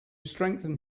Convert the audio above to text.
strengthen